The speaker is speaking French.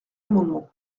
amendement